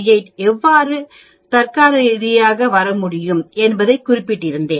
58 எவ்வாறு தர்க்கரீதியாக வர முடியும் என்பதைக் குறிப்பிட்டிருந்தேன்